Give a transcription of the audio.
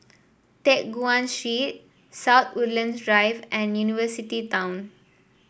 Teck Guan South Woodlands Drive and University Town